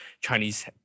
chinese